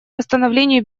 восстановлению